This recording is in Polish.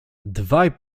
dwaj